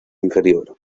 inferior